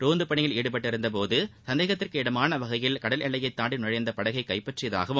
ரோந்து பணியில் ஈடுபட்டிருந்தபோது சந்தேகத்திற்கிடமான வகையில் கடல் எல்லையை தாண்டி நுழைந்த படகை கைப்பற்றியதாகவும்